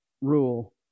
rule